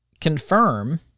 confirm